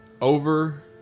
over